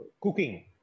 cooking